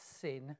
sin